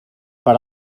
per